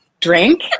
drink